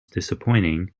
disappointing